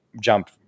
jump